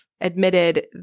admitted